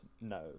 No